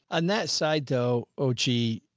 on that side though. oh, gee,